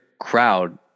crowd